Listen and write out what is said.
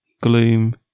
Gloom